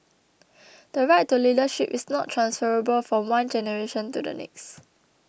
the right to leadership is not transferable from one generation to the next